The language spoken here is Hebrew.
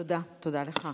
תודה, תודה לך.